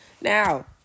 Now